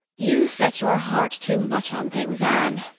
you set your heart too much on things, anne,